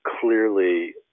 clearly